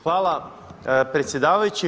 Hvala predsjedavajući.